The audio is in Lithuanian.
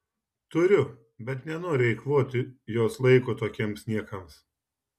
turiu bet nenoriu eikvoti jos laiko tokiems niekams